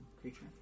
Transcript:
creature